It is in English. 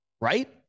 right